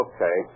Okay